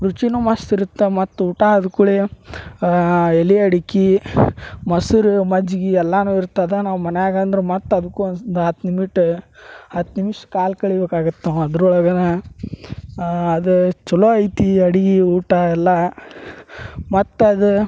ರುಚಿನೂ ಮಸ್ತು ಇರತ್ತ ಮತ್ತೆ ಊಟಾ ಆದ್ಕೂಳೆ ಎಲೆ ಅಡಿಕೆ ಮೊಸರ ಮಜ್ಜಿಗಿ ಎಲ್ಲಾನೂ ಇರತ್ತೆ ಅದಾ ನಾವು ಮನ್ಯಾಗ ಅಂದ್ರ ಮತ್ತೆ ಅದಕ್ಕೊಂದು ಹತ್ತು ನಿಮಿಟ ಹತ್ತು ನಿಮಿಷ ಕಾಲ ಕಳಿಬೇಕಾಗತ್ತೆ ಅದ್ರೊಳಗನ ಅದ ಛಲೋ ಐತಿ ಅಡಿಗೆ ಊಟಾ ಎಲ್ಲಾ ಮತ್ತೆ ಅದ